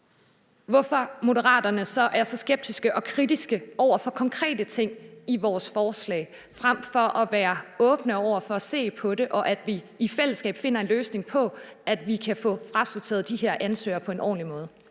hvorfor Moderaterne så er så skeptiske og kritiske over for konkrete ting i vores forslag frem for at være åbne over for at se på det og se på, at vi i fællesskab finder en løsning på at kunne få frasorteret de her ansøgere på en ordentlig måde.